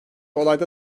olayda